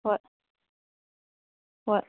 ꯍꯣꯏ ꯍꯣꯏ